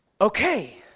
okay